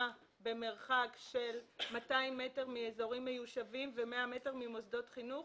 במרחק של 200 מטרים מאזורים מיושבים ו-100 מטרים ממוסדות חינוך,